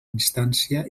instància